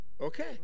Okay